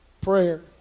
prayer